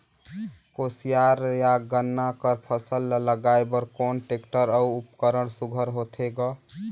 कोशियार या गन्ना कर फसल ल लगाय बर कोन टेक्टर अउ उपकरण सुघ्घर होथे ग?